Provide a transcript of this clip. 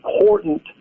important